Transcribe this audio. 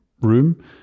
room